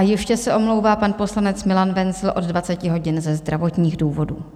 Ještě se omlouvá pan poslanec Milan Wenzl od 20 hodin ze zdravotních důvodů.